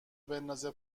بندازه